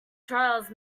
trials